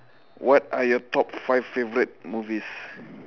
what are your top five favorite movies